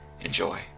Enjoy